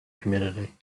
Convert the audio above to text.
community